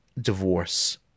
divorce